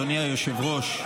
אדוני היושב-ראש,